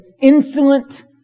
insolent